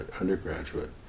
undergraduate